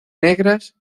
negras